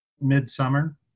midsummer